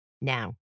Now